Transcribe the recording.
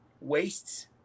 wastes